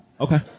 Okay